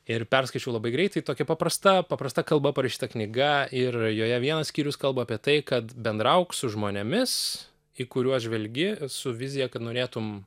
ir perskaičiau labai greitai tokia paprasta paprasta kalba parašyta knyga ir joje vienas skyrius kalba apie tai kad bendrauk su žmonėmis į kuriuos žvelgi su vizija kad norėtum